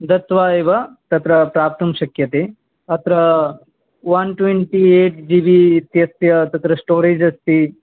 दत्वा एव तत्र प्राप्तुं शक्यते अत्र one twenty eight G B इत्यस्य तत्र स्टोरेज् अस्ति